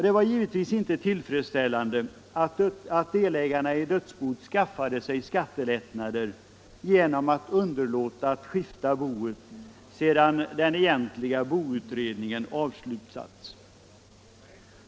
Det var givetvis inte tillfredsställande att delägarna i dödsboet skaffade sig skattelättnader genom att underlåta att skifta boet sedan den egentliga boutredningen avslutats.